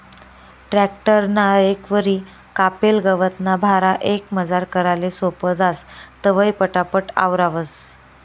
tractor ना रेकवरी कापेल गवतना भारा एकमजार कराले सोपं जास, तवंय पटापट आवरावंस